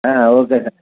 okay sir